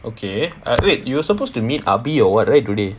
okay wait you were supposed to meet abi or what right today